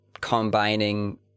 combining